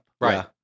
right